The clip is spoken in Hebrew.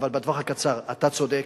בטווח הקצר אתה צודק,